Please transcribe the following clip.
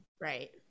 Right